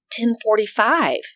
10.45